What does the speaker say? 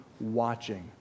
watching